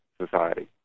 society